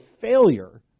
failure